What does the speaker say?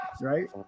right